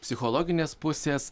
psichologinės pusės